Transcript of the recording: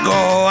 go